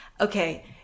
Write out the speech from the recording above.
okay